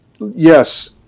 yes